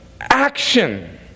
action